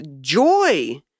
joy